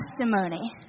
testimony